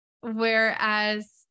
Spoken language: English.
whereas